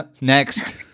Next